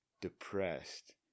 depressed